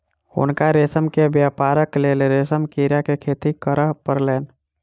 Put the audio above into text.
हुनका रेशम के व्यापारक लेल रेशम कीड़ा के खेती करअ पड़लैन